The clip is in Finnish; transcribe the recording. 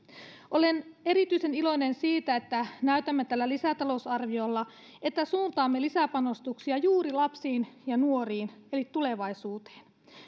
olen erityisen iloinen siitä että näytämme tällä lisätalousarviolla että suuntaamme lisäpanostuksia juuri lapsiin ja nuoriin eli tulevaisuuteen